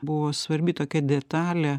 buvo svarbi tokia detalė